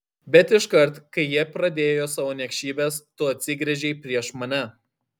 bet iškart kai jie pradėjo savo niekšybes tu atsigręžei prieš mane